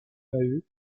maheu